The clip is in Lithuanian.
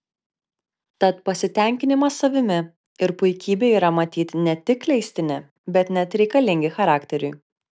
tad pasitenkinimas savimi ir puikybė yra matyt ne tik leistini bet net reikalingi charakteriui